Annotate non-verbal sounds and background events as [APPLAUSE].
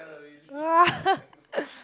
[LAUGHS]